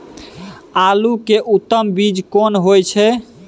आलू के उत्तम बीज कोन होय है?